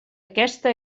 aquesta